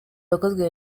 yakozwe